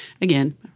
again